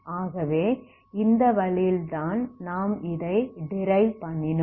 ஆகவே இந்த வழியில் தான் நாம் இதை டிரைவ் பண்ணினோம்